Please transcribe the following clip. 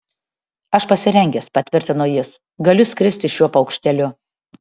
aš pasirengęs patvirtino jis galiu skristi šiuo paukšteliu